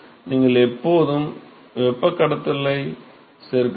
நீங்கள் எப்போதும் வெப்பக் கடத்துதலைச் சேர்க்கலாம்